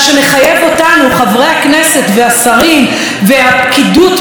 חברי הכנסת והשרים והפקידות בכל המשרדים,